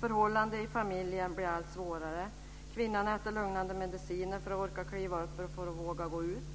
Förhållandet i familjen blir allt svårare. Kvinnan äter lugnande mediciner för att orka kliva upp och för att våga gå ut.